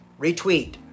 Retweet